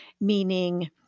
meaning